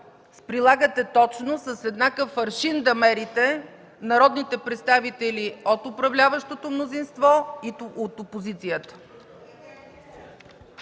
прилагате точно, да мерите с еднакъв аршин народните представители от управляващото мнозинство и от опозицията.